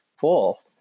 full